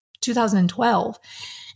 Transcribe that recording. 2012